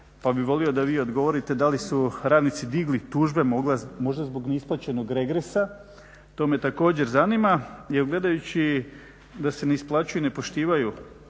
pa bih volio da vi odgovorite da li su radnici digli tužbe, možda zbog neisplaćenog regresa? To me također zanima. Jer gledajući da se ne isplaćuju i ne poštivaju